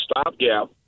stopgap